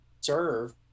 serve